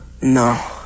no